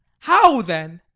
how then?